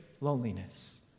loneliness